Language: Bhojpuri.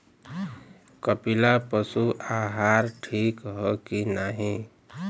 कपिला पशु आहार ठीक ह कि नाही?